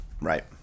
Right